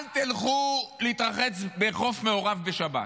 אל תלכו להתרחץ בחוף מעורב בשבת.